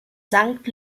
sankt